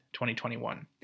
2021